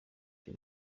icyo